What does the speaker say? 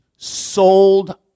sold